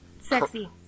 Sexy